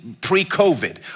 pre-COVID